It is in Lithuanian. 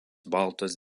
baltos